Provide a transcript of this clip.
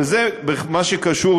אבל זה במה שקשור,